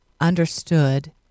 understood